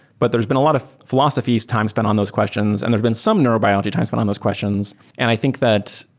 but there's been a lot of philosophies, time spent on those questions and there's been some neurobiology time spent on those questions, and i think that,